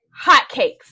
hotcakes